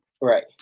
Right